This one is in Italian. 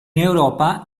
europa